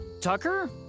Tucker